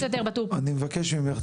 שפחות או יותר --- אני מבקש ממך,